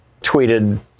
tweeted